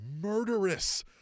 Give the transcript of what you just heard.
murderous